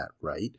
right